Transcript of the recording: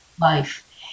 life